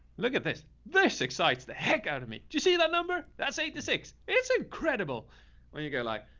look at this. this excites the heck out of me. do you see that number? that's eight to six. it's incredible when you go like,